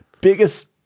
biggest